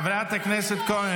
גמרת אותה,